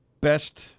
best